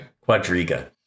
Quadriga